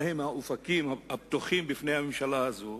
מהם האופקים הפתוחים בפני הממשלה הזאת,